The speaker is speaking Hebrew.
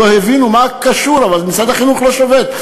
לא הבינו מה קשור, הרי משרד החינוך לא שובת.